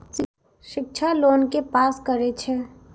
शिक्षा लोन के पास करें छै?